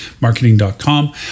marketing.com